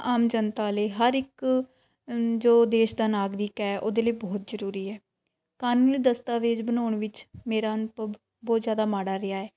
ਆਮ ਜਨਤਾ ਲਈ ਹਰ ਇੱਕ ਜੋ ਦੇਸ਼ ਦਾ ਨਾਗਰਿਕ ਹੈ ਉਹਦੇ ਲਈ ਬਹੁਤ ਜ਼ਰੂਰੀ ਹੈ ਕਾਨੂੰਨੀ ਦਸਤਾਵੇਜ਼ ਬਣਾਉਣ ਵਿੱਚ ਮੇਰਾ ਅਨੁਭਵ ਬਹੁਤ ਜ਼ਿਆਦਾ ਮਾੜਾ ਰਿਹਾ ਏ